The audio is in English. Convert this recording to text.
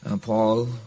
Paul